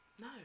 no